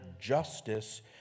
justice